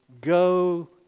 go